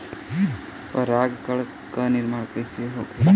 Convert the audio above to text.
पराग कण क निर्माण कइसे होखेला?